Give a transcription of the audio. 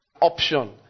option